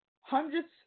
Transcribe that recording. hundreds